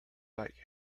like